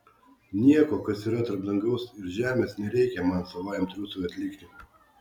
nieko kas yra tarp dangaus ir žemės nereikia man savajam triūsui atlikti